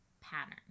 pattern